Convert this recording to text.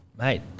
Mate